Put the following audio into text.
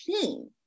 team